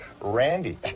Randy